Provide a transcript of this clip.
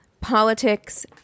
politics